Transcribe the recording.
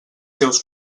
seus